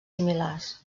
similars